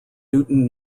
newton